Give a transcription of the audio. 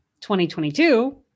2022